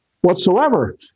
whatsoever